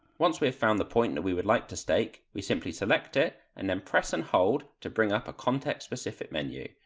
once we have found the point that we would like to stake, we simply select it and um press and hold to bring up a context specific menu,